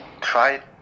try